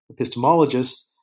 epistemologists